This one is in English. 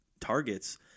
targets